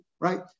right